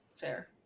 fair